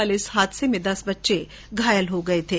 कल इस हादसे में दस बच्चे घायल हो गये थे